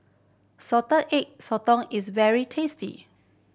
Salted Egg Sotong is very tasty